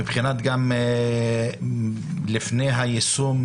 לפני היישום,